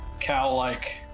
cow-like